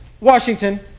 Washington